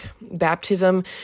baptism